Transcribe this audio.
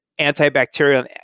antibacterial